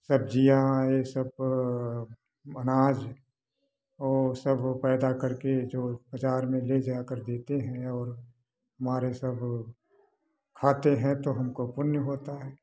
सब्जियां ये सब अनाज़ और सब पैदा करके जो बाजार में ले जाकर के देते हैं और हमारे सब खाते हैं तो हमको पुण्य होता है